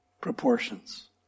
proportions